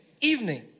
evening